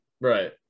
Right